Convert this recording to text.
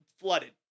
flooded